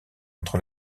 entre